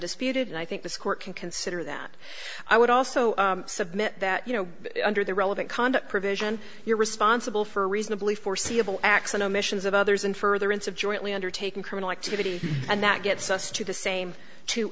undisputed and i think this court can consider that i would also submit that you know under the relevant conduct provision you're responsible for reasonably foreseeable acts on missions of others and further insecurity undertaken criminal activity and that gets us to the same t